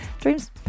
dreams